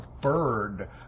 Bird